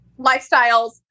lifestyles